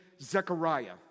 Zechariah